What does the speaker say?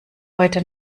heute